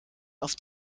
auf